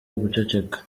uguceceka